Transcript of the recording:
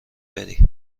بری